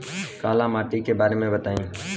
काला माटी के बारे में बताई?